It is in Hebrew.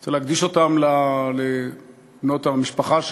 אני רוצה להקדיש אותם לבנות המשפחה שלי,